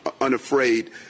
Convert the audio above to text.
unafraid